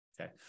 Okay